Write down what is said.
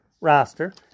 roster